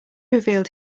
revealed